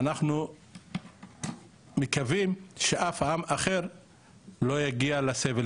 אנחנו מקווים שאף עם אחר לא יגיע לסבל